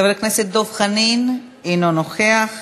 חבר הכנסת דב חנין, אינו נוכח,